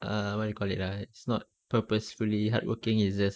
err what you call that ah it's not purposely hardworking it's just